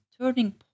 turning